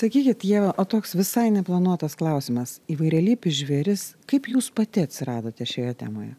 sakykit ieva o toks visai neplanuotas klausimas įvairialypis žvėris kaip jūs pati atsiradote šioje temoje